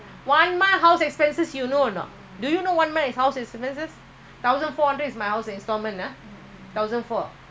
I'm paying thousand four bills makan maid think what how much alreaady